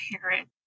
parent